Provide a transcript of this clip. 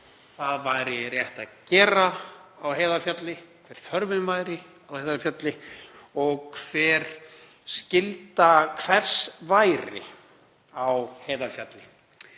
hvað væri rétt að gera á Heiðarfjalli, hver þörfin væri á Heiðarfjalli og hver skylda hvers væri á Heiðarfjalli.